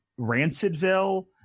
Rancidville